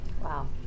Wow